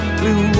blue